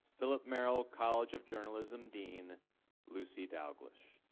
philip merrill college of journalism's dean lucy dalglish.